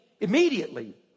Immediately